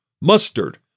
mustard